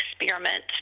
experiment